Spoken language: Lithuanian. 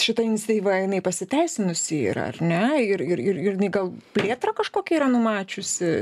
šita iniciatyva jinai pasiteisinusi yra ar ne ir ir ir ir jinai gal plėtrą kažkokia yra numačiusi